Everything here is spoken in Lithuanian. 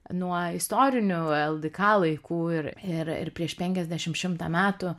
nuo istorinių ldk laikų ir ir ir prieš penkiasdešim šimtą metų